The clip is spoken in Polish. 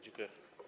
Dziękuję.